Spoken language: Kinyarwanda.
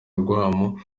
urwamo